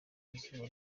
izuba